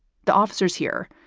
the officers here,